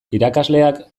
irakasleak